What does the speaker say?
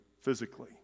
physically